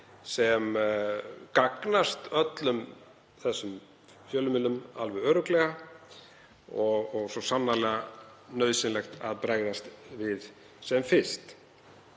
sem gagnast öllum fjölmiðlum alveg örugglega. Það er svo sannarlega nauðsynlegt að bregðast við sem fyrst.